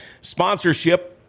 Sponsorship